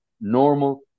normal